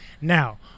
Now